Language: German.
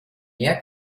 mehr